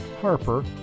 Harper